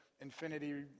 Infinity